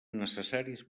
necessaris